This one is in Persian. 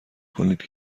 کنید